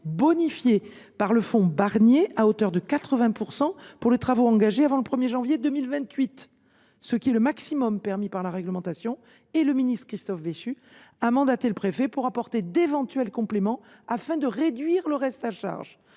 bonifié par le fonds Barnier, à hauteur de 80 % pour les travaux engagés avant le 1 janvier 2028. Ce pourcentage est le maximum permis par la réglementation. Le ministre Christophe Béchu a mandaté le préfet pour apporter d’éventuels compléments et ainsi réduire le reste à charge.